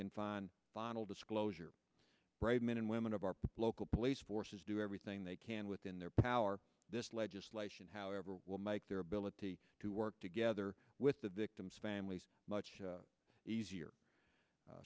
can find final disclosure brave men and women of our local police forces do everything they can within their power this legislation however will make their ability to work together with the victims families much easier